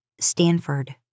Stanford